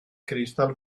crystal